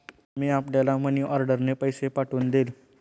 मी आपल्याला मनीऑर्डरने पैसे पाठवून देईन